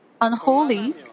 unholy